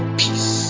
peace